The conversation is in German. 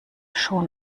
schon